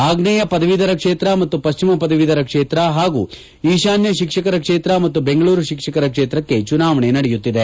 ಆಗ್ನೇಯ ಪದವೀಧರ ಕ್ಷೇತ್ರ ಮತ್ತು ಪಶ್ಚಿಮ ಪದವೀಧರ ಕ್ಷೇತ್ರ ಹಾಗೂ ಈಶಾನ್ಯ ಶಿಕ್ಷಕರ ಕ್ಷೇತ್ರ ಮತ್ತು ಬೆಂಗಳೂರು ಶಿಕ್ಷಕರ ಕ್ಷೇತ್ರಕ್ಕೆ ಚುನಾವಣೆ ನಡೆಯುತ್ತಿದೆ